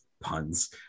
puns